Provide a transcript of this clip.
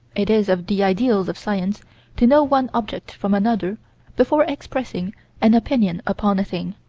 it is of the ideals of science to know one object from another before expressing an opinion upon a thing,